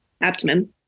abdomen